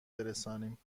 برسانیم